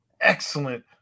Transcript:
excellent